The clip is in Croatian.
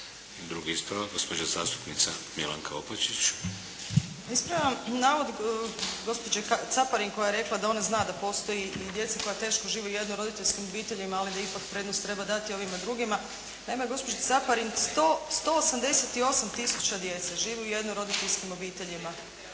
Drugi stavak, gospođa zastupnica Milanka Opačić. **Opačić, Milanka (SDP)** Pa, ispravljam navod gospođe Caparin koja je rekla da ona zna da postoje djeca koja teško žive u jednoroditeljskim obiteljima, ali da ipak prednost treba dati ovima drugima. Naime, gospođi Caparin 188 tisuća djece živi u jednoroditeljskim obiteljima.